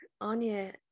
anya